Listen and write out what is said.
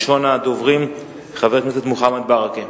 ראשון הדוברים, חבר הכנסת מוחמד ברכה.